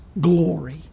glory